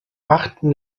achten